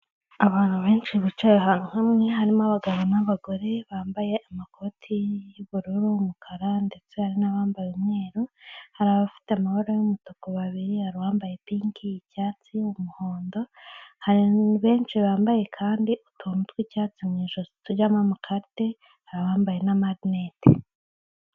Abantu benshi bicaye ahantu hamwe harimo abagabo n'abagore bambaye amakoti y'ubururu n'umukara ndetse n'abambaye umweru, hari abafite amabara y'umutuku babiri hari uwambaye pinki, icyatsi, umuhondo benshi bambaye kandi utuntu tw'icyatsi mu ijosi tujyamo amakarite hari abambaye n'amarinete.